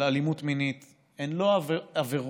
על אלימות מינית, הן לא עבירות